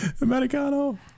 Americano